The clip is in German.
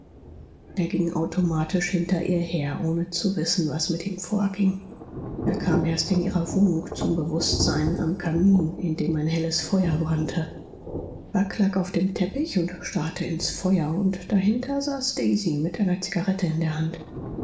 er ging automatisch hinter ihr her ohne zu wissen was mit ihm vorging er kam erst in ihrer wohnung zum bewußtsein am kamin in dem ein helles feuer brannte bagh lag auf dem teppich und starrte ins feuer und dahinter saß daisy mit einer zigarette in der hand